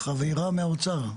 החברה מהאוצר.